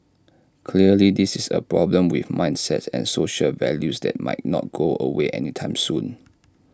clearly this is A problem with mindsets and social values that might not go away anytime soon